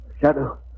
Shadow